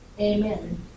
Amen